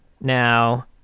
Now